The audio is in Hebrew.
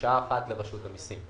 כמקשה אחת לרשות המיסים.